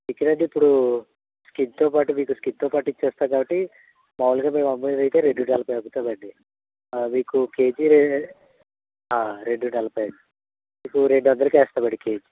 chicken అయితే ఇప్పుడు స్కిన్తో పాటు మీకు స్కిన్తో పాటు ఇస్తాము కాబట్టి మాములుగా మేము అమ్మేది అయితే రెండు నలభై అమ్ముతామండి మీకు కేజీ రెండు నలభై మీకు రెండు వందలకి వేస్తామండీ కేజీ